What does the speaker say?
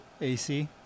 AC